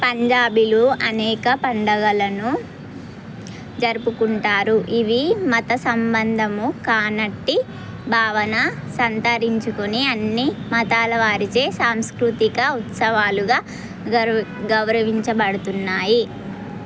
పంజాబీలు అనేక పండుగలను జరుపుకుంటారు ఇవి మత సంబంధముకానట్టి భావన సంతరించుకుని అన్ని మతాలవారిచే సాంస్కృతిక ఉత్సవాలుగా గౌర గౌరవించబడుతున్నాయి